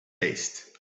paste